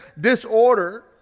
disorder